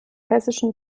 hessischen